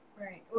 Right